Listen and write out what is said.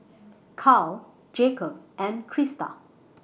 Carl Jakob and Crysta